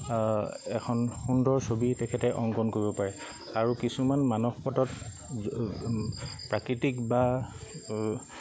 এখন সুন্দৰ ছবি তেখেতে অংকন কৰিব পাৰে আৰু কিছুমান মানস পটত প্ৰাকৃতিক বা